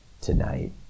tonight